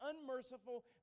unmerciful